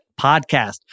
podcast